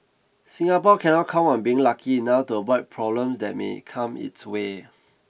Singapore cannot count on being lucky enough to avoid problems that may come its way